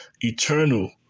eternal